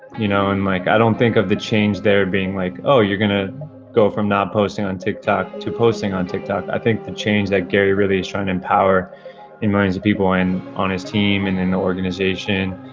you know and like, i don't think of the change there being like, oh, you're going to go from not posting on tiktok to posting on tiktok. i think the change that gary really is trying to empower in minds of people and on his team and in the organization,